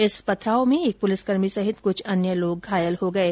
इस पत्थरबाजी में एक पुलिसकर्मी सहित कुछ ॅअन्य लोग घायल हो गये